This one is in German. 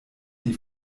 die